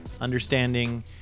Understanding